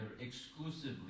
exclusively